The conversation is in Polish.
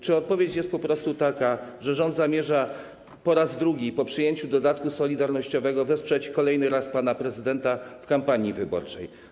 Czy odpowiedź jest po prostu taka, że rząd zamierza po raz drugi po przyjęciu dodatku solidarnościowego wesprzeć kolejny raz pana prezydenta w kampanii wyborczej?